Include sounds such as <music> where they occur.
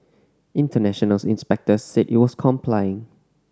international <unintelligible> inspectors said it was complying